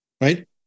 Right